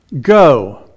go